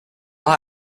will